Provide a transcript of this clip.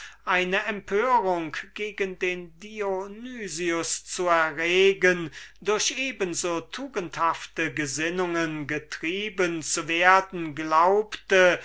eine empörung gegen den dionys zu erregen durch eben so tugendhafte gesinnungen getrieben zu werden glaubte